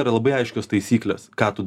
yra labai aiškios taisyklės ką tu